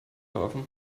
kaufen